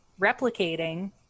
replicating